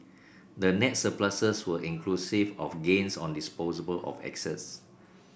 the net surpluses were inclusive of gains on disposal of access